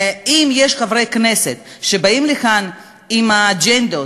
אם יש חברי כנסת שבאים לכאן עם אג'נדות,